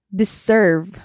deserve